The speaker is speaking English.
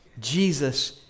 jesus